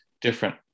different